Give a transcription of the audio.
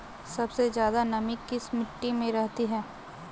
सबसे ज्यादा नमी किस मिट्टी में रहती है?